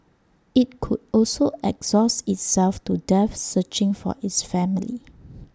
IT could also exhaust itself to death searching for its family